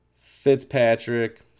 Fitzpatrick